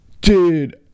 dude